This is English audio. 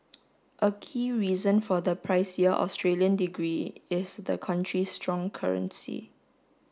a key reason for the pricier Australian degree is the country's strong currency